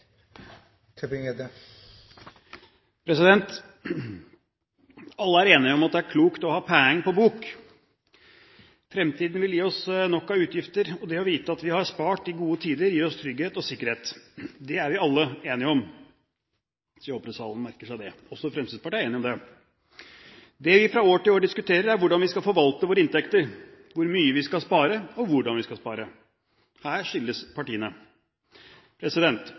debatterer. Alle er enige om at det er klokt å ha penger på bok. Fremtiden vil gi oss nok av utgifter, og det å vite at vi har spart i gode tider, gir oss trygghet og sikkerhet. Det er vi alle enige om. Jeg håper alle i salen merker seg det – også Fremskrittspartiet er enig i det. Det vi fra år til år diskuterer, er hvordan vi skal forvalte våre inntekter – hvor mye vi skal spare, og hvordan vi skal spare. Her skilles partiene.